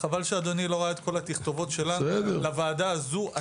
חבל שאדוני לא ראה את כל התכתובות שלנו לוועדה הזו.